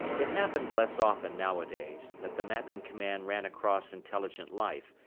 it happened less often, nowadays, that the mapping command ran across intelligent life,